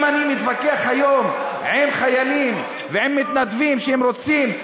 אם אני מתווכח היום עם חיילים ועם מתנדבים שרוצים,